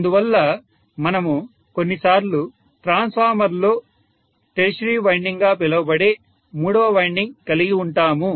అందువల్ల మనము కొన్నిసార్లు ట్రాన్స్ఫార్మర్లో టెర్షియరీ వైండింగ్ గా పిలవబడే మూడవ వైండింగ్ కలిగి ఉంటాము